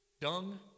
dung